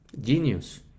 genius